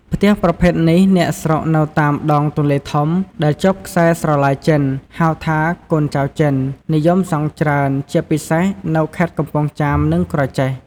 ផ្ទះប្រភេទនេះ អ្នកស្រុកនៅតាមដងទន្លេធំ ដែលជាប់ខ្សែស្រឡាយចិន ហៅថាកូនចៅចិន និយមសង់ច្រើន ជាពិសេសនៅខេត្តកំពង់ចាមនិងក្រចេះ។